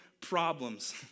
problems